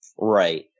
Right